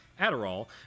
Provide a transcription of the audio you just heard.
Adderall